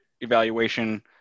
evaluation